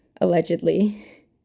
allegedly